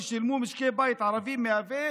ששילמו משקי הבית הערביים מהווה